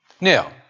Now